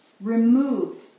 removed